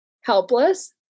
helpless